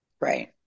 Right